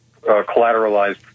collateralized